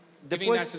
Depois